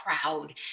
proud